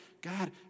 God